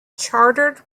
chartered